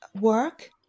work